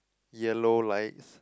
yellow lights